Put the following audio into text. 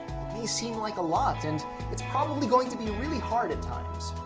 may seem like a lot, and it's probably going to be really hard at times,